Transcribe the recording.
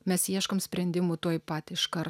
mes ieškom sprendimų tuoj pat iškart